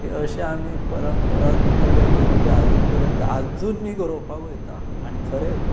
अशें आमी परंपरा दवरलीत ते आजून पर्यंत आजून मी गरोवपाक वता आनी खरेंत